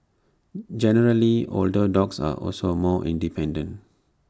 generally older dogs are also more independent